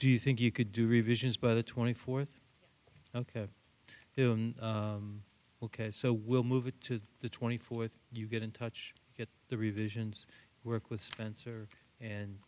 do you think you could do revisions by the twenty fourth ok ok so we'll move it to the twenty fourth you get in touch get the revisions work with spencer and